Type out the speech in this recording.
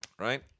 Right